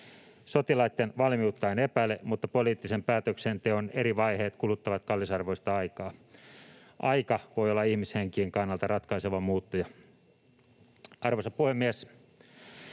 Sotilaitten valmiutta en epäile, mutta poliittisen päätöksenteon eri vaiheet kuluttavat kallisarvoista aikaa. Aika voi olla ihmishenkien kannalta ratkaiseva muuttuja. Arvoisa puhemies!